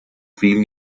vielen